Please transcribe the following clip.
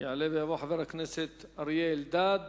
יעלה ויבוא חבר הכנסת אריה אלדד,